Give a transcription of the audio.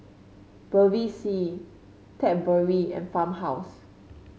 Bevy C Cadbury and Farmhouse